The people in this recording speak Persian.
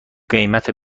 قیمت